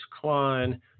Klein